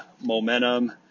momentum